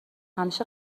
همیشه